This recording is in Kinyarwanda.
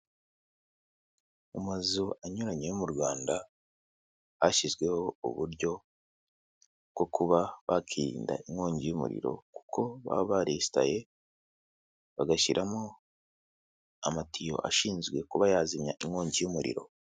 Mu mazu anyuranye yo mu rwanda hashyizweho uburyo bwo kuba bakirinda inkongi y'umuriro kuko baba baresitaye bagashyiramo amatiyo ashinzwe kuba yazimya inkongi y'umuriro